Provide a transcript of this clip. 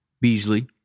Beasley